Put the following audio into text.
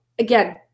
Again